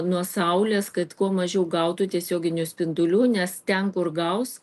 nuo saulės kad kuo mažiau gautų tiesioginių spindulių nes ten kur gaus